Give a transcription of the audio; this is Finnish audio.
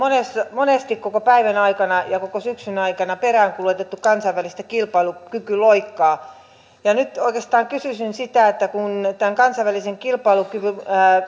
monesti koko päivän aikana ja koko syksyn aikana peräänkuulutettu kansainvälistä kilpailukykyloikkaa nyt oikeastaan kysyisin siitä kun tämän kilpailukyvyn